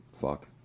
Fuck